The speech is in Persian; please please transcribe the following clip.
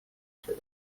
شدند